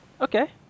okay